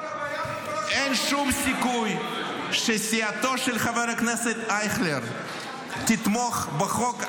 אין שום סיכוי שסיעתו של חבר הכנסת אייכלר תתמוך בחוק הזה,